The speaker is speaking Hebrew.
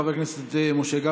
חבר הכנסת משה גפני.